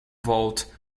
vault